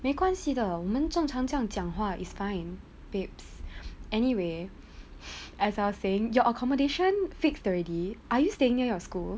没关系的我们正常这样讲话 is fine babes anyway as I was saying your accommodation fixed already are you staying near your school